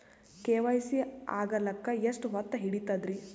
KYC ಆಗಲಕ್ಕ ಎಷ್ಟ ಹೊತ್ತ ಹಿಡತದ್ರಿ?